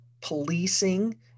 policing